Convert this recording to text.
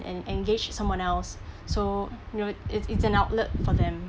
and engage someone else so you know it's it's an outlet for them